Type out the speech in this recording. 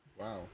Wow